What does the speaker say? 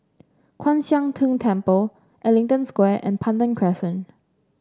Kwan Siang Tng Temple Ellington Square and Pandan Crescent